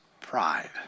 pride